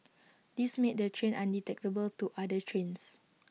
this made the train undetectable to other trains